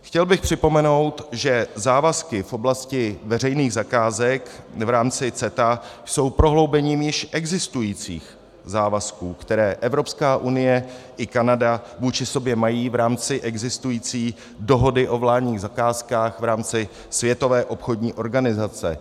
Chtěl bych připomenout, že závazky v oblasti veřejných zakázek v rámci CETA jsou prohloubením již existujících závazků, které Evropská unie i Kanada vůči sobě mají v rámci existující dohody o vládních zakázkách v rámci Světové obchodní organizace.